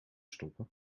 stoppen